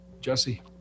Jesse